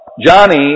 Johnny